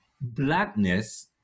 blackness